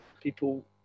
People